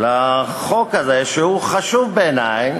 החוק הזה, שהוא חשוב בעיני,